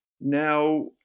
Now